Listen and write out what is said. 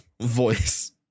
Voice